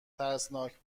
ترسناک